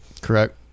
Correct